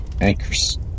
anchors